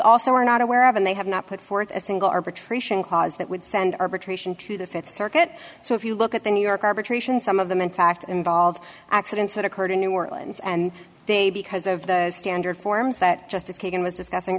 also are not aware of and they have not put forth a single arbitration clause that would send arbitration to the th circuit so if you look at the new york arbitration some of them in fact involve accidents that occurred in new orleans and they because of the standard forms that justice kagan was discussing